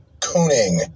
Cooning